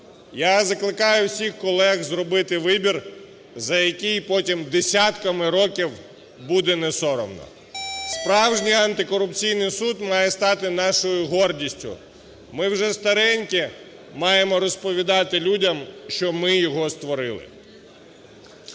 Я закликаю усіх колег зробити вибір, за який потім десятками років буде не соромно. Справжній антикорупційний суд має стати нашою гордістю. Ми вже старенькі маємо розповідати людям, що ми його створили.